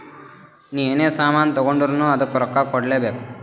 ನೀ ಎನೇ ಸಾಮಾನ್ ತಗೊಂಡುರ್ನೂ ಅದ್ದುಕ್ ರೊಕ್ಕಾ ಕೂಡ್ಲೇ ಬೇಕ್